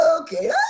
okay